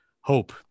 hope